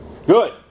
Good